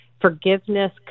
forgiveness